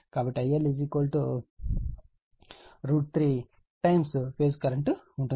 కాబట్టి IL 3 రెట్లు phase current ఉంటుంది